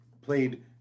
played